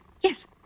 Yes